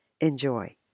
Enjoy